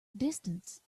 distance